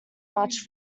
much